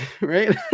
Right